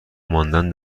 ماندن